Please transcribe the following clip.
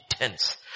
intense